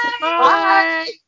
Bye